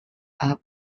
are